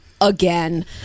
again